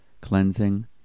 cleansing